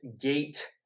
gate